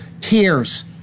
tears